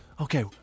okay